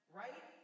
right